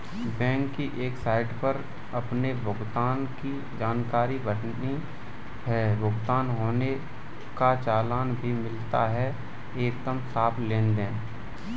bank की site पर अपने भुगतान की जानकारी भरनी है, भुगतान होने का चालान भी मिलता है एकदम साफ़ लेनदेन